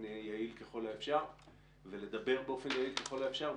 יעיל ככל האפשר ולדבר באופן יעיל ככל האפשר,